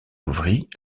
ouvrit